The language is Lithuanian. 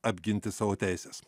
apginti savo teises